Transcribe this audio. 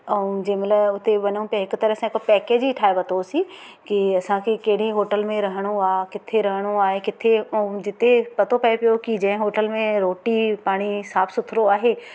ऐं जंहिं महिल उते वञऊं पिया त हिक तरह जो पैकेज ई ठाहे वरितोसीं कि असांखे कहिड़ी होटल में रहणो आहे किथे रहणो आहे किथे ऐं जिथे पतो पए पियो कि जंहिं होटल में रोटी पाणी साफ़ु सुथिरो आहे